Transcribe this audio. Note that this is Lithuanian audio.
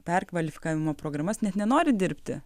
perkvalifikavimo programas net nenori dirbti